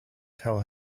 tell